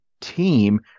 team